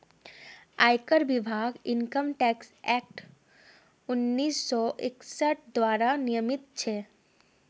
आयकर विभाग income tax act उन्नीस सौ इकसठ द्वारा नियमित छेक